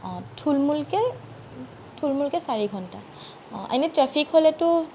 অঁ থুলমুলকৈ থুলমুলকৈ চাৰি ঘণ্টা এনেই ট্ৰেফিক হ'লেটো